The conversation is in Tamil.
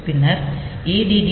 பின்னர் addc a 0